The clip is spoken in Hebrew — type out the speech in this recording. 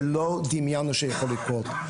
בדרכים שלא דמיינו שיכולות לקרות.